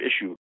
issue